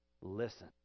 listen